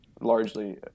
largely